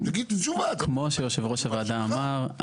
כמו שיושב ראש הוועדה אמר,